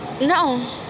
No